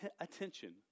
attention